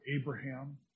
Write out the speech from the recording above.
Abraham